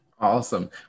Awesome